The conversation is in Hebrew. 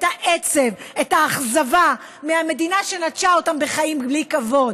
את העצב ואת האכזבה מהמדינה שנטשה אותם בחיים בלי כבוד.